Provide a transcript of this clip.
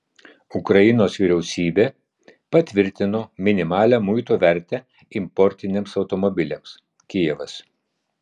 ukrainos vyriausybė patvirtino minimalią muito vertę importiniams automobiliams kijevas